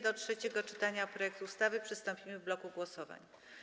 Do trzeciego czytania projektu ustawy przystąpimy w bloku głosowań.